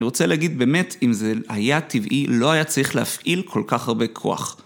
אני רוצה להגיד באמת, אם זה היה טבעי, לא היה צריך להפעיל כל כך הרבה כוח.